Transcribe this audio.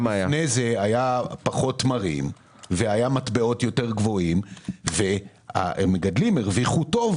לפני כן היו פחות תמרים והיו מטבעות גבוהים יותר והמגדלים הרוויחו טוב.